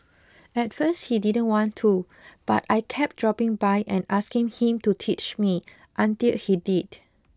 at first he didn't want to but I kept dropping by and asking him to teach me until he did